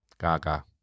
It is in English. gaga